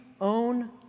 own